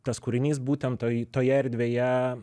tas kūrinys būtent toj toje erdvėje